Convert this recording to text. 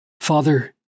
Father